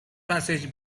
passage